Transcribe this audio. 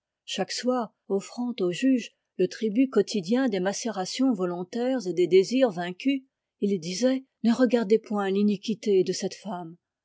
chaque soir offrant au juge le tribut quotidien des macérations volontaires et des désirs vaincus il disait ne regardez point l'iniquité de cette femme